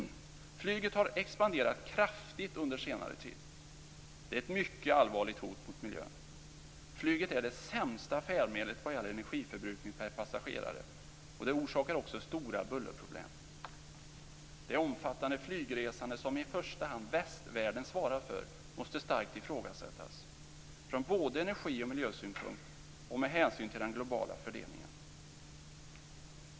Flyget har expanderat kraftigt under senare tid. Det är ett mycket allvarligt hot mot miljön. Flyget är det sämsta färdmedlet vad gäller energiförbrukning per passagerare, och det orsakar också stora bullerproblem. Det omfattande flygresande som i första hand västvärlden svarar för måste starkt ifrågasättas från både energi och miljösynpunkt och med hänsyn till den globala fördelningen.